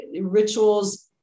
rituals